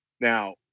Now